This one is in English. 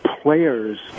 players